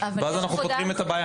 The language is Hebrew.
ואז אנחנו פותרים את הבעיה.